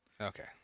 Okay